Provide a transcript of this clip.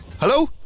hello